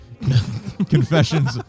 Confessions